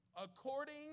according